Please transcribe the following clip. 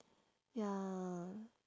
ya